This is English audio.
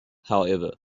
however